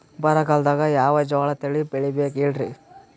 ಬರಗಾಲದಾಗ್ ಯಾವ ಜೋಳ ತಳಿ ಬೆಳಿಬೇಕ ಹೇಳ್ರಿ?